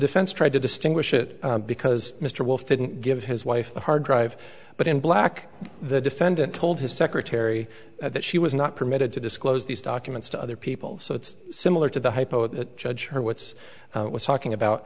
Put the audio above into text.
defense tried to distinguish it because mr wolfe didn't give his wife the hard drive but in black the defendant told his secretary that she was not permitted to disclose these documents to other people so it's similar to the hypo that judge her wits with talking about